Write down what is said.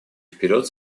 вперед